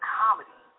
comedy